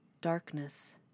Darkness